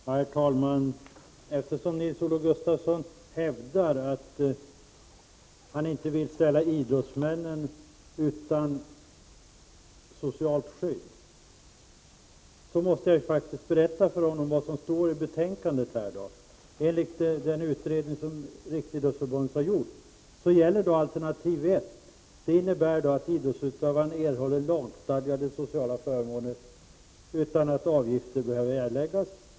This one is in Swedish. Herr talman! Nils-Olof Gustafsson hävdar att han inte vill ställa idrottsmännen utan socialt skydd. Därför måste jag faktiskt tala om vad som står i betänkandet. Där står det nämligen att enligt den utredning som Riksidrottsförbundet har gjort innebär alternativ 1 att idrottsutövare erhåller lagstadgade sociala förmåner utan att avgifter behöver erläggas.